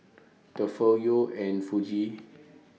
Tefal Yeo's and Fuji